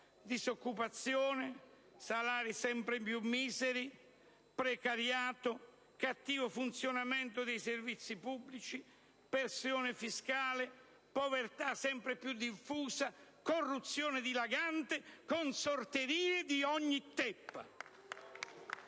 disoccupazione, salari sempre più miseri, precariato, cattivo funzionamento dei servizi pubblici, alta pressione fiscale, povertà sempre più diffusa, corruzione dilagante, consorterie di ogni teppa.